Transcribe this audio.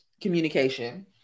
communication